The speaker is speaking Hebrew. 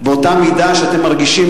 באותה מידה שאתם מרגישים